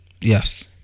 Yes